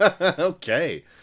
Okay